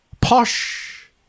Posh